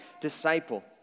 disciple